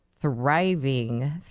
thriving